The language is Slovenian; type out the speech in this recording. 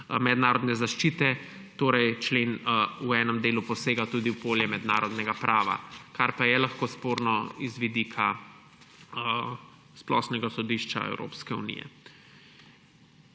mednarodne zaščite. Torej člen v enem delu posega tudi v polje mednarodnega prava, kar pa je lahko sporno z vidika Splošnega sodišča Evropske unije.